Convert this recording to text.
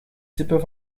tippen